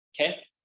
Okay